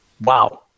wow